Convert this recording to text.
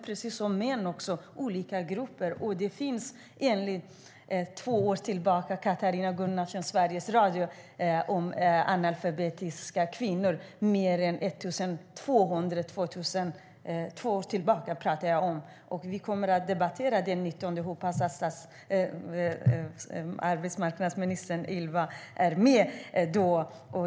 Liksom män är de olika grupper. Katarina Gunnarsson på Sveriges Radio gjorde ett reportage om analfabetiska kvinnor för två sedan. Enligt henne fanns det då mer än 1 200. Vi kommer att debattera detta den 19 mars. Jag hoppas att arbetsmarknadsministern är med då.